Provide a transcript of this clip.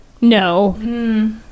No